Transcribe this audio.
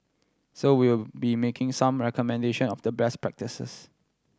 so we will be making some recommendation of the best practises